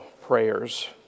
prayers